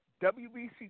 WBC